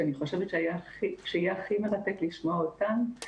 שאני חושבת שיהיה הכי מרתק לשמוע אותם.